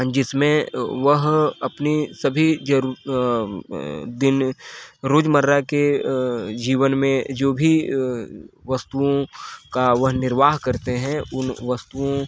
जिसमें वह अपनी सभी जरू दिन रोजमर्रा के जीवन में जो भी वस्तुओं का वह निर्वाह करते हैं उन वस्तुओं